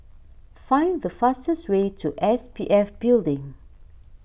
find the fastest way to S P F Building